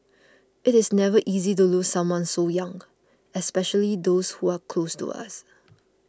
it is never easy to lose someone so young especially those who are close to us